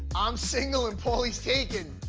i'm single and pauly's taken!